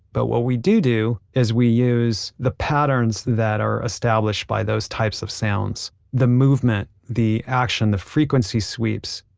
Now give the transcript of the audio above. but what we do do is we use the patterns that are established by those types of sounds. the movement, the action, the frequency sweeps.